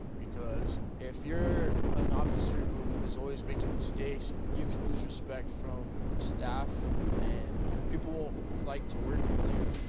because if you're an officer who is always making mistakes, you can lose respect from staff and people won't like to work with you.